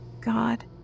God